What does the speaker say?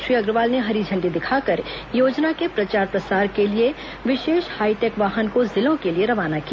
श्री अग्रवाल ने हरी झंडी दिखाकर योजना के प्रचार प्रसार के लिए विशेष हाईटेक वाहन को जिलों के लिए रवाना किया